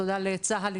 "תודה לצה"ל",